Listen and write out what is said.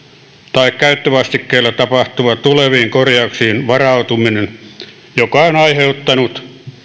tai käyttövastikkeilla tapahtuva tuleviin korjauksiin varautuminen joka on aiheuttanut